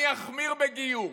אני אחמיר בגיור.